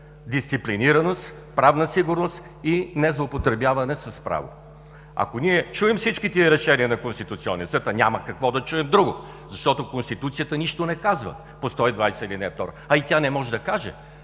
дисциплинираност, правна сигурност и незлоупотребяване с право. Ако ние чуем всички тези решения на Конституционния съд, а няма какво да чуем друго, защото Конституцията нищо не казва по чл. 120, ал. 2, а и тя не може да каже,